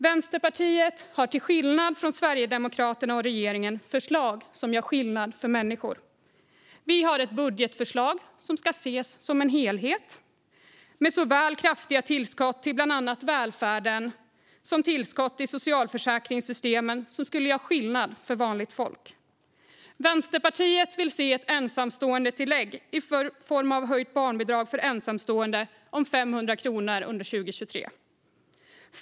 Vänsterpartiet har, till skillnad från Sverigedemokraterna och regeringen, förslag som gör skillnad för människor. Vi har ett budgetförslag som ska ses som en helhet med såväl kraftiga tillskott till bland annat välfärden som tillskott i socialförsäkringssystemen som skulle göra skillnad för vanligt folk. Vänsterpartiet vill se ett ensamståendetillägg i form av höjt barnbidrag för ensamstående om 500 kronor under 2023.